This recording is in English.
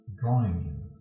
drawing